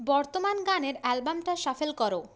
বর্তমান গানের অ্যালবামটা শাফেল করো